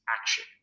action